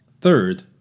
Third